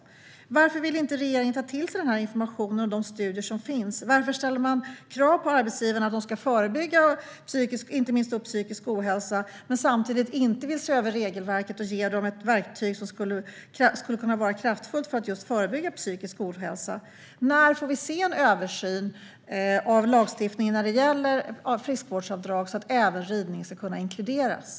Varför vill regeringen inte ta till sig den här informationen och resultaten av de studier som finns? Varför ställer man krav på arbetsgivarna att de ska förebygga inte minst psykisk ohälsa samtidigt som man inte vill se över regelverket och ge dem ett verktyg som skulle kunna vara kraftfullt när det gäller att förebygga just psykisk ohälsa? När får vi se en översyn av lagstiftningen när det gäller friskvårdsavdrag så att även ridning ska kunna inkluderas?